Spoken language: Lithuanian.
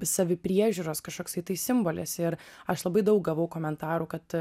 savipriežiūros kažkoksai tai simbolis ir aš labai daug gavau komentarų kad